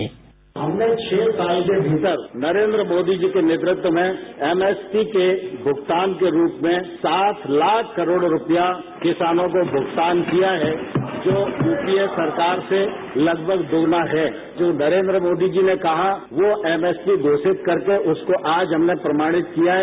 bite हमने छह साल के भीतर नरेन्द्र मोदी जी के नेतृत्व में एमएसपी के भुगतान के रूप में सात लाख करोड़ रुपया किसानों को भुगतान किया है जो यूपीए सरकार से लगभग दोगुना है जो नरेन्द्र मोदी जी ने कहा वो एमएसपी घोषित करके उसको आज हमने प्रमाणित किया है